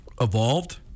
evolved